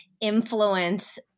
influence